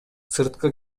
сырткы